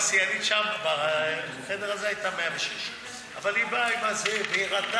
השיאנית שם בחדר הזה הייתה 106. אבל היא באה עם זה והראתה,